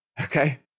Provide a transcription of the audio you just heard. Okay